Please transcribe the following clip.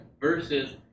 Versus